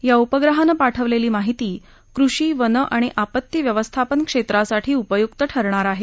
या उपग्रहानं पाठवलेली माहिती कृषी वन आणि आपत्तीव्यवस्थापन क्षेत्रासाठी उपयुक्त ठरणार आहे